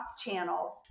channels